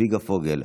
צביקה פוגל,